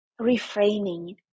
reframing